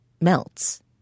melts